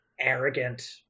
arrogant